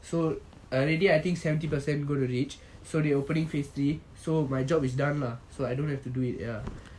so already I think seventy percent gonna reach so they opening phase three so my job is done lah